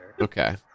Okay